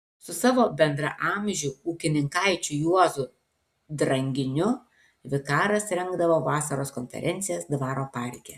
su savo bendraamžiu ūkininkaičiu juozu dranginiu vikaras rengdavo vasaros konferencijas dvaro parke